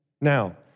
Now